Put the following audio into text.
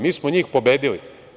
Mi smo njih pobedili.